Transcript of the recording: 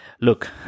look